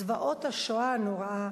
זוועות השואה הנוראה,